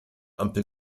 ampel